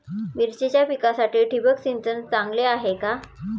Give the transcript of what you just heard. मिरचीच्या पिकासाठी ठिबक सिंचन चांगले आहे का?